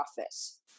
office